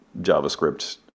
JavaScript